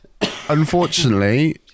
unfortunately